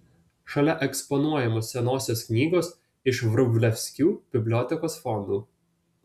šalia eksponuojamos senosios knygos iš vrublevskių bibliotekos fondų